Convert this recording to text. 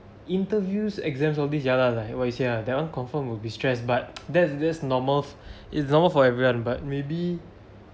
interviews exams all these ya lah like what you say ah that one confirm will be stress but there's this normal is normal for everyone but maybe